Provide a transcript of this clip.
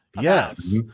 Yes